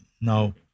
Now